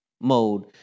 mode